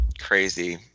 crazy